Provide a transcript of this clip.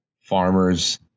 Farmers